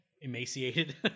emaciated